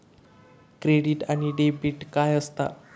Credit आणि debit काय असता?